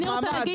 דממה.